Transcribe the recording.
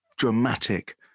Dramatic